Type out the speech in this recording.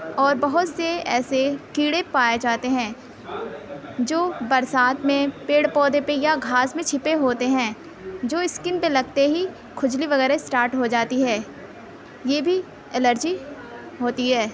اور بہت سے ایسے کیڑے پائے جاتے ہیں جو برسات میں پیڑ پودے پہ یا گھاس میں چھپے ہوتے ہیں جو اسکن پہ لگتے ہی کھجلی وغیرہ اسٹارٹ ہو جاتی ہے یہ بھی الرجی ہوتی ہے